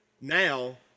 Now –